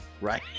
Right